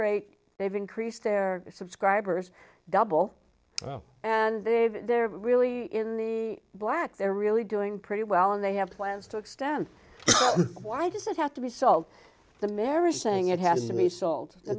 rate they've increased their subscribers double and they've they're really in the black they're really doing pretty well and they have plans to extend why does it have to be sold the marriage saying it has to be sol